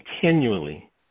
continually